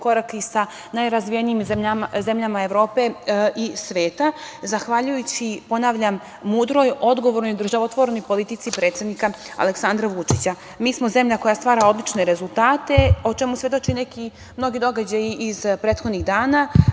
korak i sa najrazvijenijim zemljama Evrope i sveta, zahvaljujući, ponavljam, mudroj, odgovornoj, državotvornoj politici predsednika Aleksandra Vučića. Mi smo zemlja koja stvara odlične rezultate, o čemu svedoče neki mnogi događaji iz prethodnih dana,